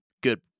good